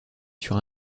sur